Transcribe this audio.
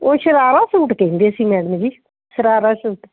ਉਹ ਸ਼ਰਾਰਾ ਸੂਟ ਕਹਿੰਦੇ ਸੀ ਮੈਡਮ ਜੀ ਸ਼ਰਾਰਾ ਸੂਟ